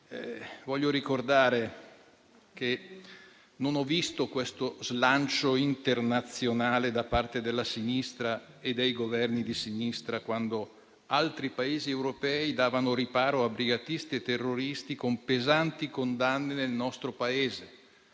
io ricordare che non ho visto questo slancio internazionale da parte della sinistra e dei Governi di sinistra quando altri Paesi europei davano riparo a brigatisti e terroristi con pesanti condanne nel nostro Paese,